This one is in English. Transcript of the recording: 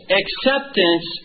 acceptance